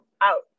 out